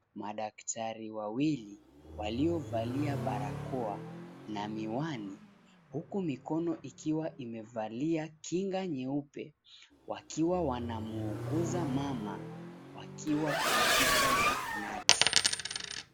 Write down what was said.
Madaktari wawili .Waliovalia barakoa na miwani .Huku mikono ikiwa imevalia kinga nyeupe. Wakiwa wanamuuguza mama. Wakiwa Katika zahanati.